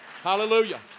Hallelujah